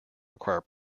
require